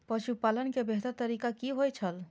पशुपालन के बेहतर तरीका की होय छल?